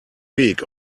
week